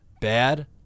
bad